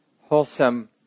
wholesome